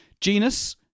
Genus